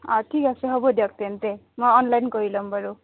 অঁ ঠিক আছে হ'ব দিয়ক তেন্তে মই অনলাইন কৰি ল'ম বাৰু